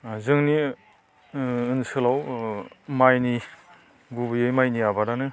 जोंनि ओनसोलाव माइनि गुबैयै माइनि आबादानो